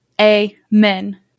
Amen